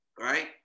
right